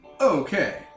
Okay